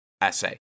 essay